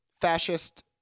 fascist